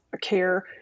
care